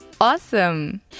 Awesome